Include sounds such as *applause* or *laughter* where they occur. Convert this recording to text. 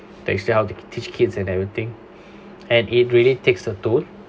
they still how to teach kids and everything *breath* and it really takes a toll